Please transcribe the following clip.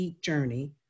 journey